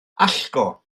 allgo